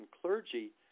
clergy